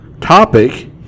topic